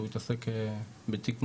הוא התעסק בתיק מאוד,